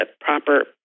proper